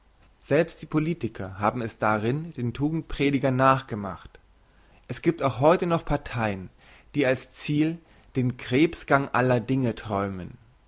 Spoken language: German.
selbst die politiker haben es darin den tugendpredigern nachgemacht es giebt auch heute noch parteien die als ziel den krebsgang aller dinge träumen